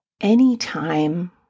anytime